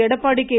Edappadi K